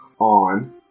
on